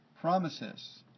promises